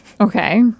Okay